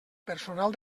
personal